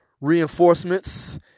reinforcements